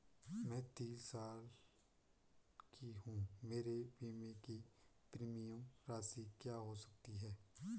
मैं तीस साल की हूँ मेरे बीमे की प्रीमियम राशि क्या हो सकती है?